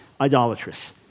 idolatrous